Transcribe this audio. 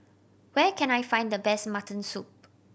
where can I find the best mutton soup